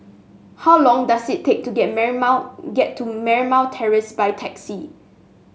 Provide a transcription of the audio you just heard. how long does it take to get Marymount get to Marymount Terrace by taxi